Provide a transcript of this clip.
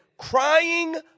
crying